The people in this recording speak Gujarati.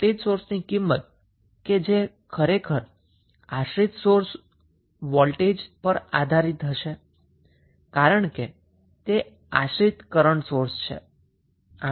વોલ્ટેજ સોર્સની વેલ્યુ કે જે ખરેખર ડિપેન્ડન્ટ વોલ્ટેજ સોર્સ હશે કારણ કે આ ડિપેન્ડન્ટ કરન્ટ સોર્સ છે